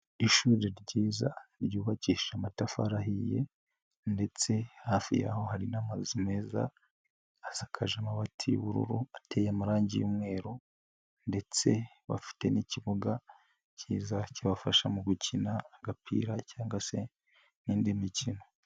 shuri ryiza ryuyubakisha amatafarihiye, ndetse hafi y'aho hari n'amazu meza asakaje amabati y'ubururu ateye amarangi y'umweru, ndetse bafite n'ikibuga cyiza kibafasha mu gukina agapira cyangwa se n'indi mikino.